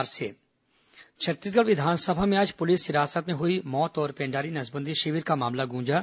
विधानसभा समाचार छत्तीसगढ़ विधानसभा में आज पुलिस हिरासत में हुई मौत और पेंडारी नसबंदी शिविर का मामला गूंजा